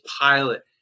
pilot